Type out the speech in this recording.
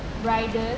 bridal